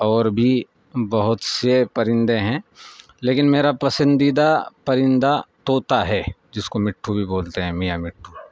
اور بھی بہت سے پرندے ہیں لیکن میرا پسندیدہ پرندہ طوطا ہے جس کو مٹھو بھی بولتے ہیں میاں مٹھو